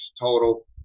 total